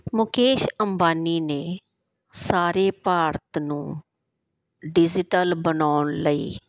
ਮੁਕੇਸ਼ ਅੰਬਾਨੀ ਨੇ ਸਾਰੇ ਭਾਰਤ ਨੂੰ ਡਿਜੀਟਲ ਬਣਾਉਣ ਲਈ